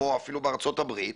אפילו בארצות הברית,